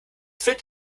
fit